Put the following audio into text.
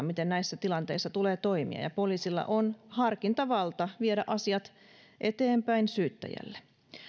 miten näissä tilanteissa tulee toimia ja poliisilla on harkintavalta viedä asiat eteenpäin syyttäjälle